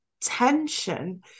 tension